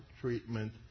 treatment